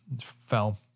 fell